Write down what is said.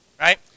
right